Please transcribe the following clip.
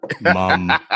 Mom